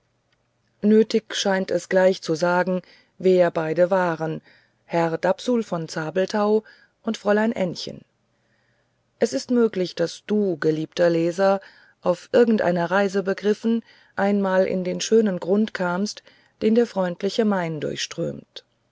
nötig scheint es gleich zu sagen wer beide waren herr dapsul von zabelthau und fräulein ännchen es ist möglich daß du geliebter leser auf irgendeiner reise begriffen einmal in den schönen grund kamst den der freundliche main durchströmt